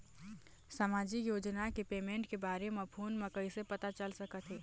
सामाजिक योजना के पेमेंट के बारे म फ़ोन म कइसे पता चल सकत हे?